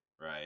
Right